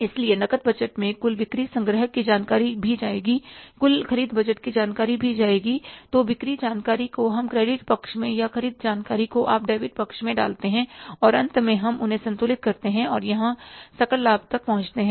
इसलिए नकद बजट में कुल बिक्री संग्रह की जानकारी भी जाएगी कुल ख़रीद खर्च की जानकारी भी जाएगीतो बिक्री जानकारी को हम क्रेडिट पक्ष में ख़रीद जानकारी को आप डेबिट पक्ष में डालते हैं और अंत में हम उन्हें संतुलित करते हैं और यहां सकल लाभ तक पहुंचते हैं